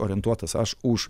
orientuotas aš už